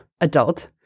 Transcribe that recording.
adult